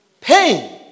Pain